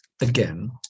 again